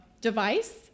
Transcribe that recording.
device